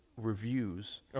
reviews